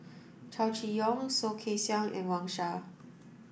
Chow Chee Yong Soh Kay Siang and Wang Sha